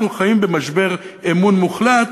אנחנו חיים במשבר אמון מוחלט,